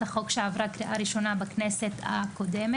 החוק שעברה קריאה ראשונה בכנסת הקודמת.